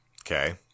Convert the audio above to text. Okay